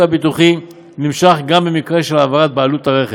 הביטוחי נמשך גם במקרה של העברת בעלות ברכב,